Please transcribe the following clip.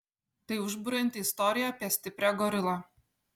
tai užburianti istorija apie stiprią gorilą